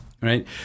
right